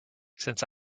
since